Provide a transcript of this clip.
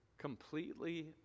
completely